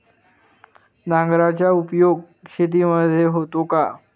नांगराचा उपयोग शेतीमध्ये होतो का?